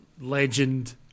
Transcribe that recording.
legend